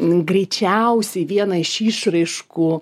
greičiausiai viena iš išraiškų